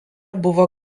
buvo